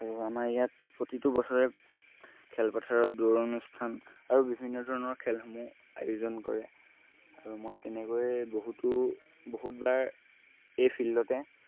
আৰু আমাৰ ইয়াত প্ৰতিটো বছৰে খেলপথাৰত দৌৰ অনুষ্ঠান আৰু বিভিন্ন ধৰণৰ খেলসমূহ আয়োজন কৰে আৰু মই তেনেকৈ বহুতো বহুতবাৰ এই ফিল্ডতে